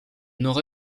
nord